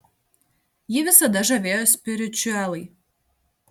jį visada žavėjo spiričiuelai